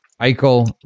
Eichel